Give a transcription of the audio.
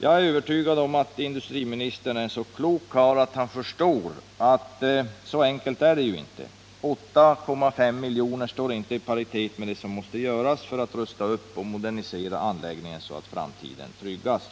Jag är övertygad om att industriministern är en så klok karl att han förstår att det inte är så enkelt. 8,5 milj.kr. står inte i paritet med det som måste göras för upprustning och modernisering av anläggningen, så att framtiden tryggas.